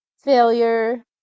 failure